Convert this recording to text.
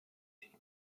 hilfe